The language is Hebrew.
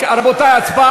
לא לא לא.